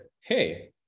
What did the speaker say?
hey